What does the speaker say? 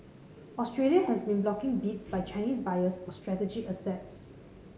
Australia has been blocking bids by Chinese buyers for strategic assets